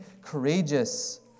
courageous